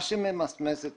מה שממסמס את